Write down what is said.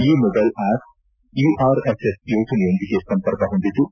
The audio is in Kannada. ಈ ಮೊಬೈಲ್ ಆ್ವಪ್ ಇಆರ್ಎಸ್ಎಸ್ ಯೋಜನೆಯೊಂದಿಗೆ ಸಂಪರ್ಕ ಹೊಂದಿದ್ದು